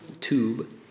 tube